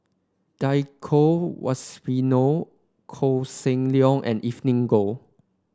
Djoko Wibisono Koh Seng Leong and Evelyn Goh